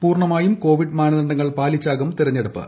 പൂർണ്ണമായും കോവിഡ്ട് മുന്ദണ്ഡങ്ങൾ പാലിച്ചാകും തെരഞ്ഞെടുപ്പ്